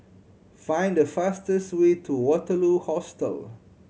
find the fastest way to Waterloo Hostel